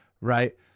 right